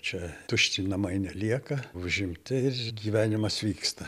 čia tušti namai nelieka užimti ir gyvenimas vyksta